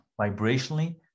vibrationally